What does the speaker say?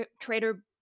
trader